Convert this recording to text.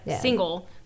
single